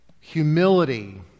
humility